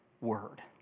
Word